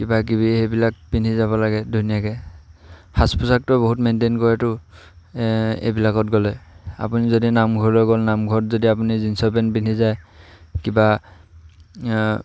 কিবা কিবি সেইবিলাক পিন্ধি যাব লাগে ধুনীয়াকৈ সাজ পোচাকটোৱে বহুত মেইনটেইন কৰেতো এইবিলাকত গ'লে আপুনি যদি নামঘৰলৈ গ'ল নামঘৰত যদি আপুনি জিন্সৰ পেণ্ট পিন্ধি যায় কিবা